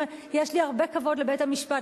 יש לי הרבה כבוד לבית-המשפט,